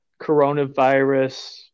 coronavirus